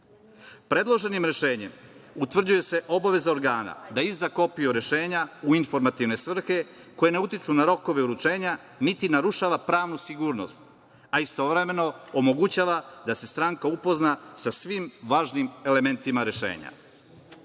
stranke. Predloženim rešenjem utvrđuje se obaveza organa da izda kopiju rešenja u informativne svrhe koje ne utiču na rokove uručenja, niti narušava pravnu sigurnost, a istovremeno omogućava da se stranka upozna sa svim važnim elementima rešenja. Isto